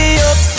up